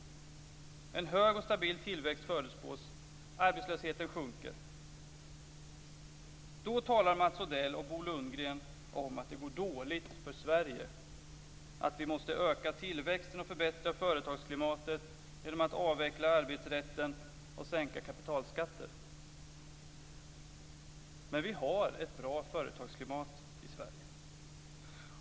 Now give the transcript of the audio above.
En hög och stabil tillväxt förutspås. Arbetslösheten sjunker. Då talar Mats Odell och Bo Lundgren om att det går dåligt för Sverige, att vi måste öka tillväxten och förbättra företagsklimatet genom att avveckla arbetsrätten och sänka kapitalskatter. Men vi har ett bra företagsklimat i Sverige.